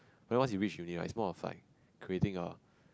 cause when you reach uni right its more like creating a